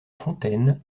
fontaines